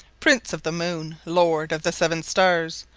prince of the moone, lord of the seven starres,